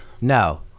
No